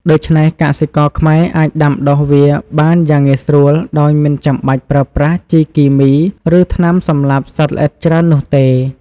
ដូច្នេះកសិករខ្មែរអាចដាំដុះវាបានយ៉ាងងាយស្រួលដោយមិនចាំបាច់ប្រើប្រាស់ជីគីមី ឬថ្នាំសម្លាប់សត្វល្អិតច្រើននោះទេ។